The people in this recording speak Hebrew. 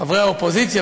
חברי האופוזיציה,